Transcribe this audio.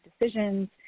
decisions